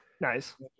Nice